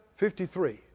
53